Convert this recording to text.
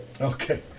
Okay